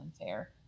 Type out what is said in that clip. unfair